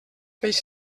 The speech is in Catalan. peix